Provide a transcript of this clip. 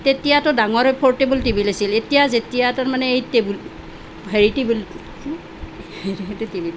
তেতিয়াতো ডাঙৰ portable TV লৈছিল এতিয়া যেতিয়া তাৰমানে এই কেবুল